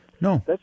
No